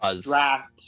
draft